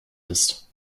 ist